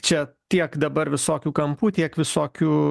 čia tiek dabar visokių kampų tiek visokių